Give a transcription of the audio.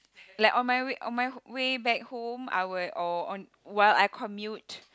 like on my way on my way back home I would oh on well I commute